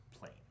plane